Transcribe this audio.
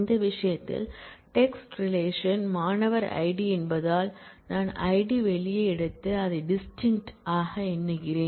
இந்த விஷயத்தில் text relation மாணவர் id என்பதால் நான் id வெளியே எடுத்து அதை டிஸ்டின்க்ட ஆக எண்ணுகிறேன்